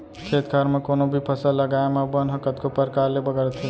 खेत खार म कोनों भी फसल लगाए म बन ह कतको परकार ले बगरथे